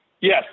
yes